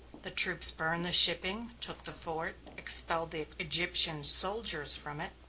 the troops burned the shipping, took the fort, expelled the egyptian soldiers from it,